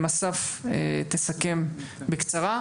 אסף יסכם בקצרה,